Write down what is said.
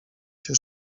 się